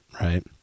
right